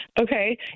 Okay